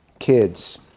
kids